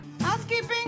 Housekeeping